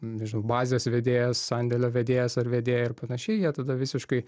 nežinau bazės vedėjas sandėlio vedėjas ar vedėja ir panašiai jie tada visiškai